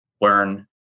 learn